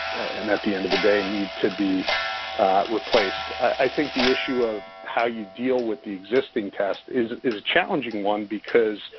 and at the end of the day and need to be replaced. i think the issue of how you deal with the existing test is a challenging one because,